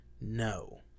No